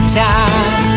time